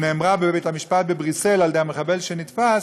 שנאמרה בבית-המשפט בבריסל על-ידי המחבל שנתפס,